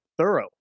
Thorough